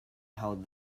held